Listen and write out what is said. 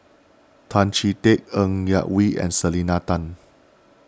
Tan Chee Teck Ng Yak Whee and Selena Tan